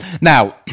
now